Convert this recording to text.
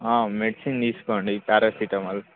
medicine తీసుకోండి paracetamol